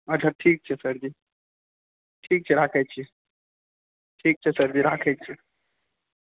अच्छा ठीक छै सर जी ठीक छै राखै छी ठीक छै सर जी राखै छी